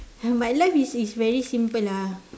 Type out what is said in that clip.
my life is is very simple lah